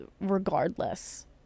regardless